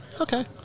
Okay